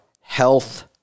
health